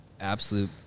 absolute